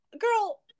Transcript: Girl